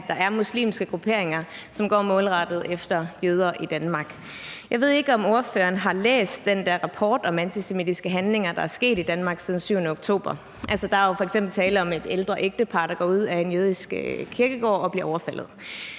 at der er muslimske grupperinger, som går målrettet efter jøder i Danmark. Jeg ved ikke, om ordføreren har læst den der rapport om antisemitiske handlinger, der er sket i Danmark siden den 7. oktober. Altså, der er jo f.eks. tale om et ældre ægtepar, der går ud af en jødisk kirkegård og bliver overfaldet,